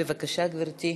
בבקשה, גברתי.